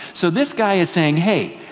so this guy is saying, hey,